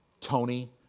Tony